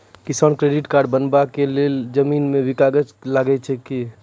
किसान credit card बनबा के लेल जमीन के भी कागज लागै छै कि?